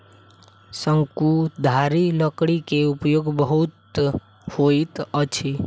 शंकुधारी लकड़ी के उपयोग बहुत होइत अछि